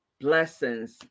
blessings